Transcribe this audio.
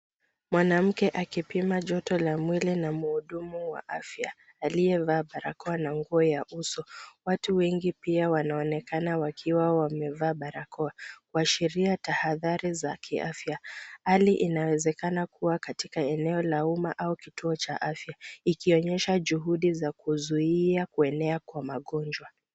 Mwanamke akipima joto la mwili na muhudumu wa afya aliyevaa barakoa na nguo ya uso. Watu wengi pia wanaonekana wakiwa wamevaa barakoa kuashiria hatali za kiafya. Hali inaonekana kuwa katika eneo la uma au kituo cha afya ikionyesha juhudi za kuzuia kuenea kwa magonjwa.